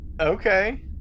Okay